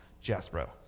Jethro